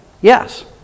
Yes